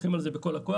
הולכים על זה בכל הכוח,